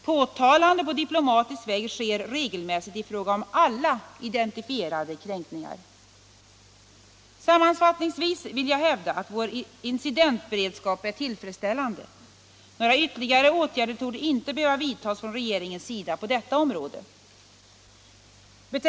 Påtalande på diplomatisk väg sker regelmässigt i fråga om alla identifierade kränkningar. Sammanfattningsvis vill jag hävda att vår incidentberedskap är tillfredsställande. Några ytterligare åtgärder torde inte behöva vidtas från regeringens sida på detta område.